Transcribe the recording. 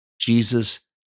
Jesus